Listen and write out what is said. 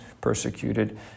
persecuted